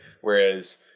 whereas